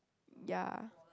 ya